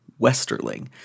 Westerling